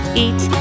eat